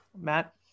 Matt